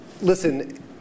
Listen